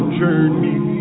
journey